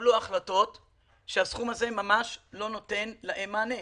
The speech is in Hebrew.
התקבלו החלטות שהסכום הזה ממש לא נותן להן מענה.